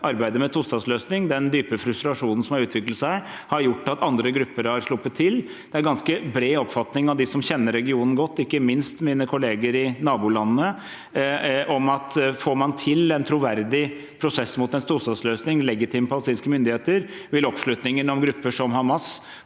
arbeidet med en tostatsløsning. Den dype frustrasjonen som har utviklet seg, har gjort at andre grupper har sluppet til. Det er en ganske bred oppfatning blant dem som kjenner regionen godt, ikke minst mine kolleger i nabolandene, om at får man til en troverdig prosess mot en tostatsløsning, legitime palestinske myndigheter, vil oppslutningen om grupper som Hamas,